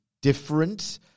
different